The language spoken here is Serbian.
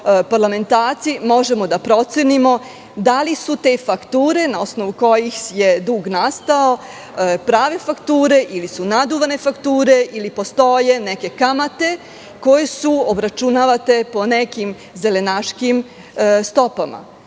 parlamentarci možemo da procenimo da li su te fakture na osnovu kojih je dug nastao prave fakture ili su naduvane fakture ili postoje neke kamate koje su obračunavate po nekim zelenaškim stopama? Jako